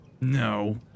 No